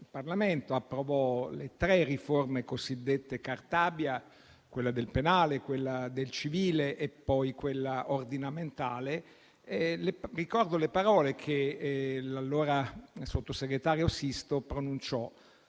il Parlamento approvò le tre riforme cosiddette Cartabia: quella del penale, quella del civile e poi quella ordinamentale. Ricordo le parole che l'allora sottosegretario Sisto pronunciò: